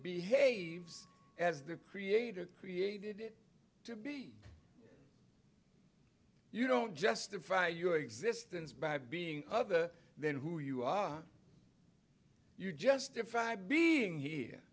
behaves as the creator created it to be you don't justify your existence by being other than who you are you justify being here